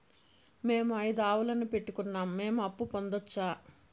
మేము ఐదు ఆవులని పెట్టుకున్నాం, మేము అప్పు పొందొచ్చా